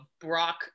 Brock